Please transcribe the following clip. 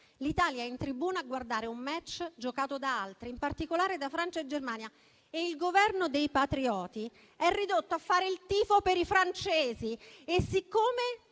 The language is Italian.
l'Italia è in tribuna a guardare un *match* giocato da altri, in particolare da Francia e Germania, e il Governo dei patrioti è ridotto a fare il tifo per i francesi. E siccome